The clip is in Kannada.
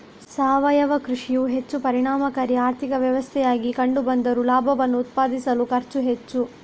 ಸಾವಯವ ಕೃಷಿಯು ಹೆಚ್ಚು ಪರಿಣಾಮಕಾರಿ ಆರ್ಥಿಕ ವ್ಯವಸ್ಥೆಯಾಗಿ ಕಂಡು ಬಂದರೂ ಲಾಭವನ್ನು ಉತ್ಪಾದಿಸಲು ಖರ್ಚು ಹೆಚ್ಚು